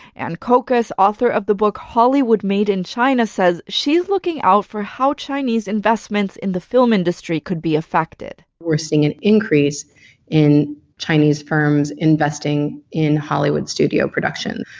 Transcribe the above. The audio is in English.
and kokas, author of the book hollywood made in china, said she's looking out for how chinese investments in the film industry could be affected we're seeing an increase in chinese firms investing in hollywood production,